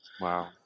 Wow